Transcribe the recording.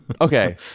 Okay